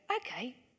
okay